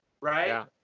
Right